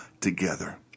together